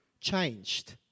changed